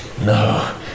No